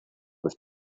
was